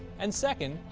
and second,